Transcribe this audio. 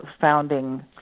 founding